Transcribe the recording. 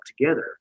together